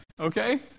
okay